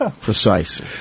precise